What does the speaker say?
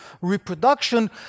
reproduction